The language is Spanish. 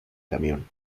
camión